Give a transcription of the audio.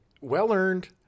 well-earned